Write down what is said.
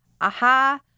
aha